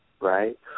right